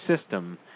system